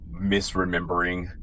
misremembering